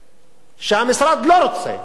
שהמשרד לא רוצה,